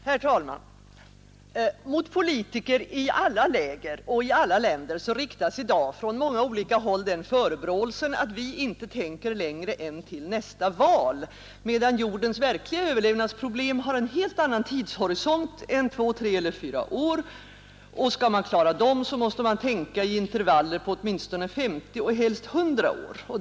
Herr talman! Mot politiker i alla läger och i alla länder riktas i dag från många håll den förebråelsen att vi inte tänker längre än till nästa val, medan jordens verkliga överlevnadsproblem har en helt annan tidshorisont än två, tre eller fyra år. Skall man klara dem, måste man tänka i intervaller på åtminstone 50 och helst 100 år.